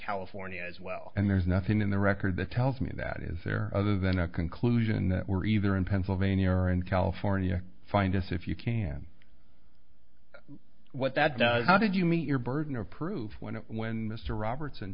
california as well and there's nothing in the record that tells me that is there other than a conclusion that we're either in pennsylvania or in california find us if you can what that does how did you meet your burden of proof when when mr robertson